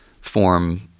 form